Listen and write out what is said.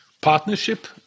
Partnership